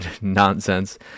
nonsense